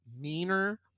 meaner